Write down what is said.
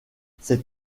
cette